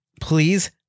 Please